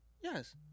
Yes